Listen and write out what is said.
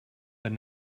but